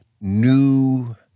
new